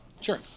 Sure